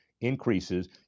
increases